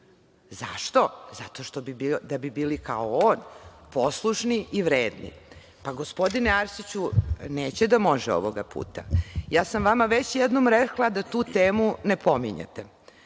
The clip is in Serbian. Zašto? Zato da bi bili kao on, poslušni i vredni. Pa, gospodine Arsiću, neće da može ovoga puta. Ja sam vama već jednom rekla da tu temu ne pominjete. Mi